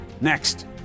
Next